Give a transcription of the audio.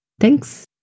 Thanks